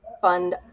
fund